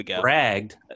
bragged